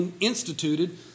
instituted